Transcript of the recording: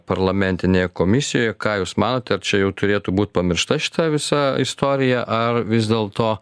parlamentinėje komisijoj ką jūs manot ar čia jau turėtų būt pamiršta šita visa istorija ar vis dėlto